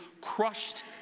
crushed